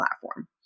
platform